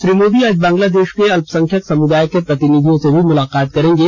श्री मोदी आज बंगलादेश के अल्पसंख्यक समुदाय के प्रतिनिधियों से भी मुलाकात करेंगे